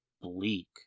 bleak